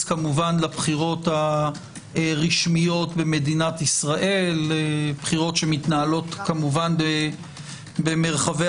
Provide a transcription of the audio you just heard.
כמובן לבחירות הרשמיות במדינת ישראל - שמתנהלות כמובן במרחבי